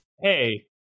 Hey